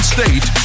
State